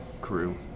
crew